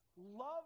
love